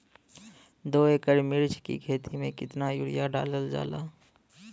दो एकड़ मिर्च की खेती में कितना यूरिया डालल जाला?